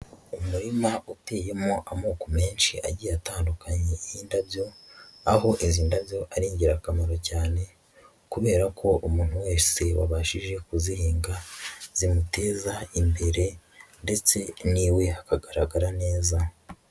Umurima uteyemo amoko menshi agiye atandukanye y'indabyo, aho izi ndabyo ari ingirakamaro cyane, kubera ko umuntu wese wabashije kuzihinga zimuteza imbere ndetse niwe hakagaragara neza.